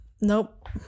Nope